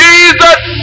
Jesus